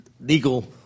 legal